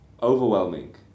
overwhelming